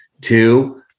two